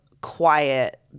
quiet